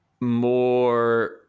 more